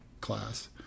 class